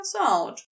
out